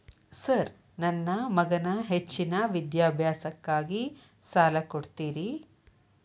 Sir ನನ್ನ ಮಗನ ಹೆಚ್ಚಿನ ವಿದ್ಯಾಭ್ಯಾಸಕ್ಕಾಗಿ ಸಾಲ ಕೊಡ್ತಿರಿ?